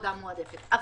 אבל